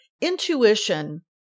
intuition